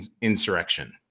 insurrection